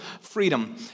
freedom